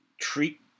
treat